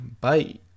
Bye